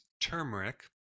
turmeric